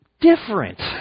different